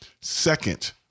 Second